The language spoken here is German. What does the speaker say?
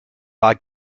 war